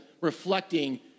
reflecting